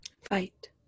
fight